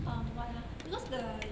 um what ah because the